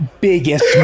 biggest